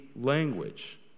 language